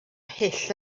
hyll